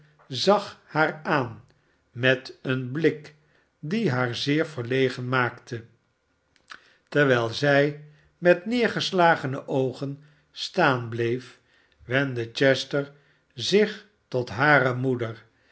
zag haar aan met een blik die haar zeer verlegen maakte terwijl zij met neergeslagene oogen staan bleef wendde chester zich tot hare moeder